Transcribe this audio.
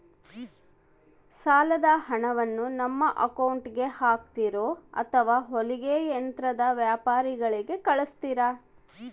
ಸಾಲದ ಹಣವನ್ನು ನಮ್ಮ ಅಕೌಂಟಿಗೆ ಹಾಕ್ತಿರೋ ಅಥವಾ ಹೊಲಿಗೆ ಯಂತ್ರದ ವ್ಯಾಪಾರಿಗೆ ಕಳಿಸ್ತಿರಾ?